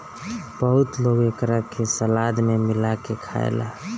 बहुत लोग एकरा के सलाद में मिला के खाएला